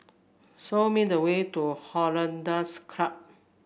show me the way to Hollandse Club